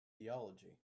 theology